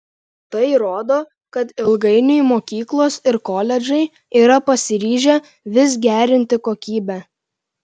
tai rodo kad ilgainiui mokyklos ir koledžai yra pasiryžę vis gerinti kokybę